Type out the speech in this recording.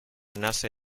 nace